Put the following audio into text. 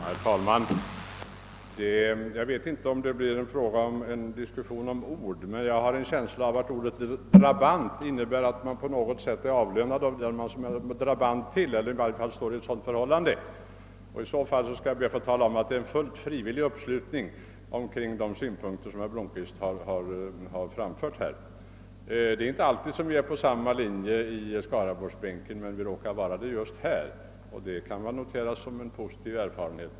Herr talman! Det är möjligt att det blir diskussion om ord, men jag har en känsla av att en drabant på något sätt är avlönad av den som han är drabant till eller i varje fall står i något likartat förhållande till. Jag skall i så fall be att få tala om att det skett en fullt frivillig uppslutning kring de synpunkter som herr Blomkvist här har framfört. Vi är inte alltid ense i skaraborgsbänken men vi råkar vara det just i detta fall och det bör väl noteras som en positiv erfarenhet.